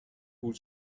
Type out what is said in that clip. بود